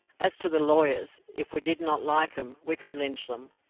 as to the lawyers, if we did not like them, we could lynch them,